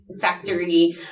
factory